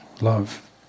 love